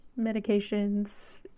medications